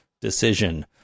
decision